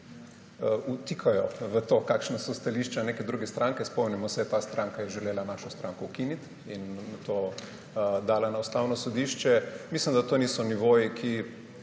vtikajo v to, kakšna so stališča neke druge stranke. Spomnimo se, ta stranka je želela našo stranko ukiniti in to dala na Ustavno sodišče. Mislim, da to niso nivoji, ki